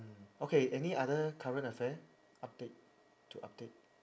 okay any other current affair update to update